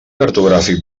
cartogràfic